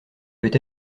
peut